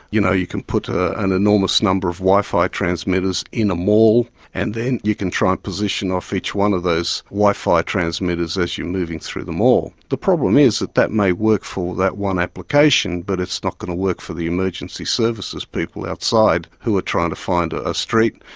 you know you can put ah an enormous number of wi-fi transmitters in a mall and then you can try and position off each one of those wi-fi transmitters as you're moving through the mall. the problem is that that may work for that one application, but it's not going to work for the emergency services people outside who are trying to find a a street,